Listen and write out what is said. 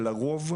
שלרוב,